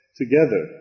together